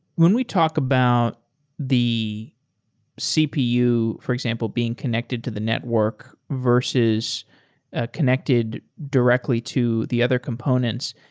when we talk about the cpu, for example, being connected to the network versus ah connected directly to the other components,